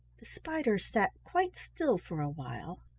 the spider sat quite still for a while,